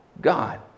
God